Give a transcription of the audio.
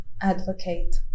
advocate